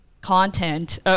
content